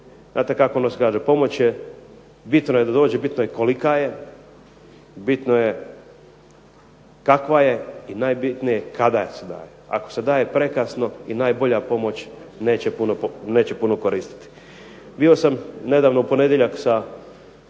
znate kako se u nas kaže, pomoć je, bitno je da dođe, bitno je kolika je, bitno je kakva je i najbitnije kada se daje. Ako se daje prekasno i najbolja pomoć neće puno koristiti. Bio sam nedavno u ponedjeljak sa,